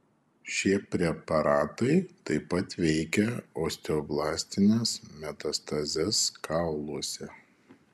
šie preparatai taip pat veikia osteoblastines metastazes kauluose